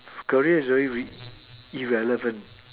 career is very irrelevant